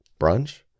Brunch